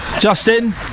Justin